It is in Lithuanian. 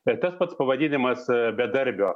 ir tas pats pavadinimas bedarbio